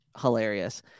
hilarious